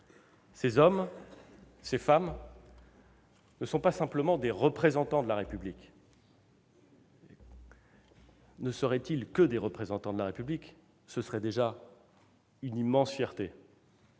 Ces hommes, ces femmes ne sont pas simplement des représentants de la République. Ne seraient-ils que des représentants de la République, ce serait déjà une immense fierté.